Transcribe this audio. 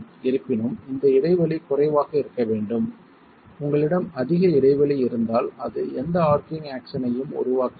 இருப்பினும் இந்த இடைவெளி குறைவாக இருக்க வேண்டும் உங்களிடம் அதிக இடைவெளி இருந்தால் அது எந்த ஆர்ச்சிங் ஆக்சன்யையும் உருவாக்காது